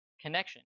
connection